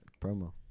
Promo